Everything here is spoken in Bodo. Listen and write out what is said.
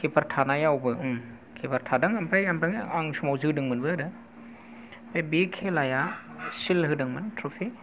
किपार थानायावबो किपार थादों ओमफ्राय आं समाव जोदोंमोनबो आरो ओमफ्राय बे खेलायाव सिल्ड होदोंमोन ट्रफि